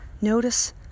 notice